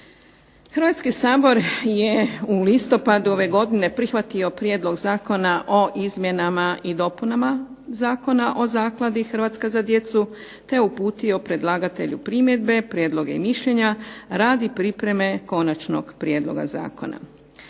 Hrvatski sabor je u listopadu ove godine prihvatio Prijedlog zakona o izmjenama i dopunama Zakona o zakladi "Hrvatska za djecu" te uputio predlagatelju primjedbe, prijedloge i mišljenja radi pripreme konačnog prijedloga zakona.